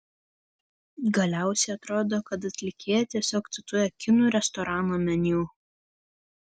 galiausiai atrodo kad atlikėja tiesiog cituoja kinų restorano meniu